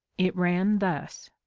it ran thus